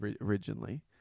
originally